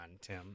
Tim